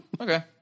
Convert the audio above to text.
okay